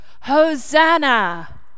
Hosanna